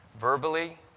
verbally